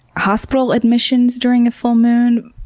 hospital admissions during a full moon,